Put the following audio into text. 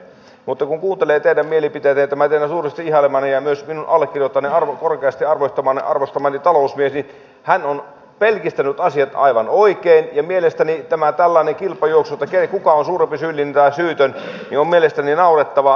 mutta kun kuuntelee teidän mielipiteitänne ja kun tämä teidän allekirjoittaneen suuresti ihailema ja korkeasti arvostama talousmies on pelkistänyt asiat aivan oikein mielestäni tämä tällainen kilpajuoksu siitä kuka on suurempi syyllinen tai syytön on naurettavaa